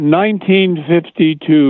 1952